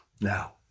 Now